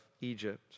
Egypt